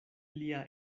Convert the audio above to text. lia